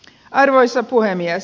arvoisa puhemies